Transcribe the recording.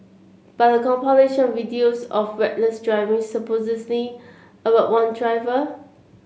but a of videos of reckless driving about one driver